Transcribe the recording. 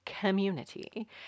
community